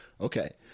okay